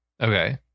Okay